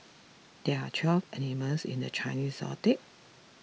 there are twelve animals in the Chinese zodiac